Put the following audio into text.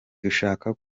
dushaka